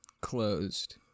closed